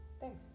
thanks